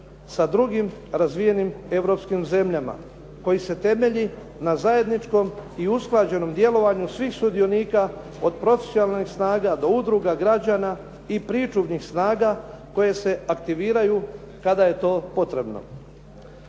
sa drugim razvijenim europskim zemljama koji se temelji na zajedničkom i usklađenom djelovanju svih sudionika od profesionalnih snaga, do udruga građana i pričuvnih snaga koji se aktiviraju kada je to potrebno.